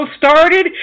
started